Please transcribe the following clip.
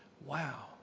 Wow